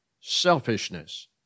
selfishness